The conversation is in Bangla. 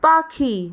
পাখি